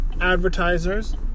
advertisers